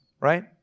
right